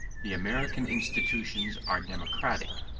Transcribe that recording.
the american institutions are democratic,